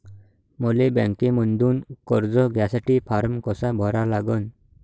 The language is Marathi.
मले बँकेमंधून कर्ज घ्यासाठी फारम कसा भरा लागन?